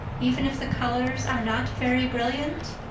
even if the colors are not very brilliant?